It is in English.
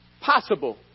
possible